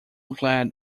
glad